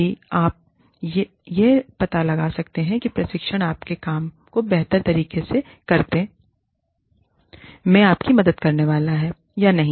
यदि आप यह पता लगा सकते हैं कि यह प्रशिक्षण आपके काम को बेहतर तरीके से करने में आपकी मदद करने वाला है या नहीं